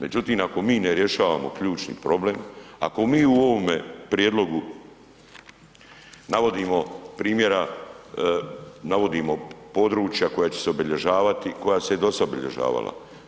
Međutim, ako mi ne rješavamo ključni problem, ako mi u ovome prijedlogu navodimo primjera, navodimo područja koja će se obilježavati i koja su se i dosad obilježavala.